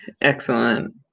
excellent